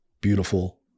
beautiful